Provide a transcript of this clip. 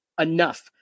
enough